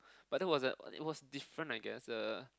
but that was at it was different I guess the